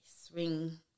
swing